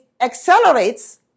accelerates